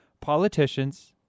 politicians